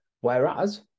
Whereas